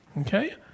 Okay